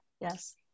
Yes